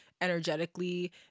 energetically